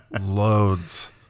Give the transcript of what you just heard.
loads